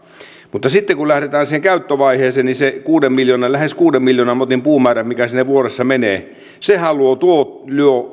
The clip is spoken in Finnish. mutta sitten kun lähdetään siihen käyttövaiheeseen niin se lähes kuuden miljoonan motin puumäärähän mikä sinne vuodessa menee luo